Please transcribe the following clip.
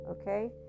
okay